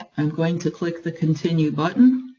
i'm going to click the continue button,